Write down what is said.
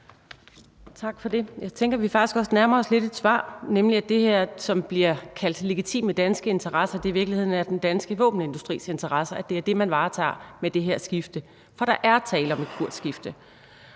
Tak for det. Jeg tænker faktisk også, at vi lidt nærmer os et svar, nemlig at det her, som bliver kaldt legitime danske interesser, i virkeligheden er den danske våbenindustris interesser, altså at det er det, man varetager med det her skifte. For der er tale om et kursskifte,